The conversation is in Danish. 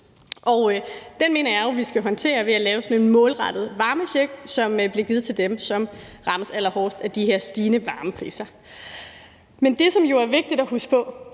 den mener jeg jo vi skal håndtere ved at lave en målrettet varmecheck, som bliver givet til dem, som rammes allerhårdest af de her stigende varmepriser. Men det, som jo er vigtigt at huske på,